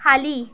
खाली